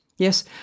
Yes